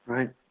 Right